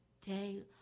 day